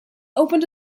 opened